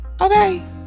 Okay